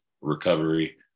recovery